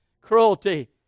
cruelty